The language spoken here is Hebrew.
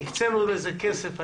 הקצנו לזה כסף.